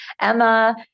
Emma